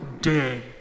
Dead